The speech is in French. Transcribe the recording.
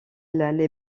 les